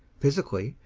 physically,